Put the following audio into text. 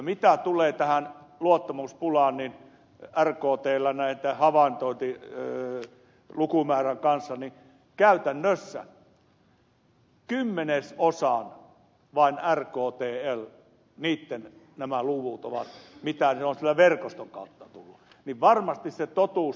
mitä tulee tähän luottamuspulaan näiden rktln havainnointilukumäärien osalta niin käytännössä rktln luvut ovat vain kymmenesosa siitä mitä on verkoston kautta tullut